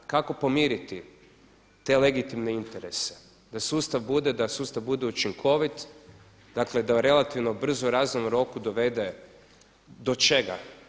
Kako pomiriti te legitimne interese da sustav bude, da sustav bude učinkovit, da u relativno brzo razumnom roku dovede do čega?